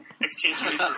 exchange